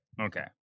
okay